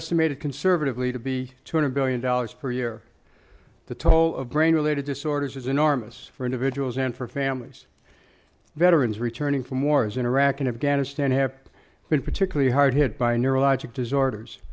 estimated conservatively to be two hundred billion dollars per year the toll of brain related disorders is enormous for individuals and for families veterans returning from wars in iraq and afghanistan have been particularly hard hit by neurologic disorders